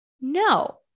No